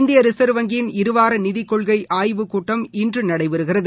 இந்தியரிசர்வ் வங்கியின் இருவாரநிதிக் கொள்கைஆய்வுக்கூட்டம் இன்றுநடைபெறுகிறது